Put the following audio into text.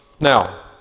Now